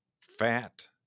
fat